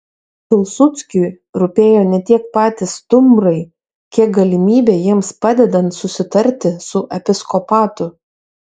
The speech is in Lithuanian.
pilsudskiui rūpėjo ne tiek patys stumbrai kiek galimybė jiems padedant susitarti su episkopatu